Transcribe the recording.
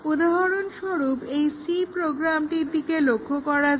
উদাহরণস্বরূপ এই c প্রোগ্রামটির দিকে লক্ষ্য করো